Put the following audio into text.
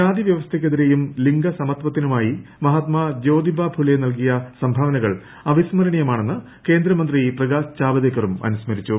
ജാതിവ്യവസ്ഥ യ്ക്കെതിരെയും ലിംഗസമത്വത്തിനുമായി മഹാത്മ ജ്യോതിബ ഫുലെ നൽകിയ സംഭാവനകൾ അവിസ്മരണീയമാണെന്ന് കേന്ദ്രമന്ത്രി പ്രകാശ് ജാവദേക്കറും അനുസ്മരിച്ചു